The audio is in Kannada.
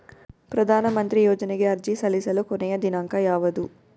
ಪ್ರಧಾನ ಮಂತ್ರಿ ಯೋಜನೆಗೆ ಅರ್ಜಿ ಸಲ್ಲಿಸಲು ಕೊನೆಯ ದಿನಾಂಕ ಯಾವದು?